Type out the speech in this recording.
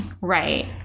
Right